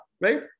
right